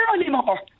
anymore